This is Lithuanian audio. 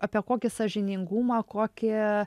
apie kokį sąžiningumą kokį